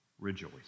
Rejoice